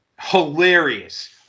Hilarious